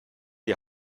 die